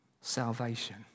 salvation